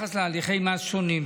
ביחס להליכי מס שונים,